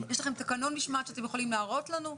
יש לכם תקנון משמעת שאתם יכולים להראות לנו?